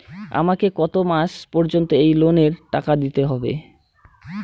আমাকে কত মাস পর্যন্ত এই লোনের টাকা দিতে হবে?